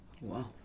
wow